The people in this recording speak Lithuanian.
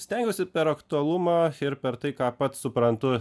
stengiuosi per aktualumą ir per tai ką pats suprantu